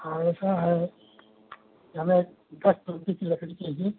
हाँ ऐसा है कि हमें दस चौकी की लकड़ी चाहिए